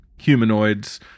humanoids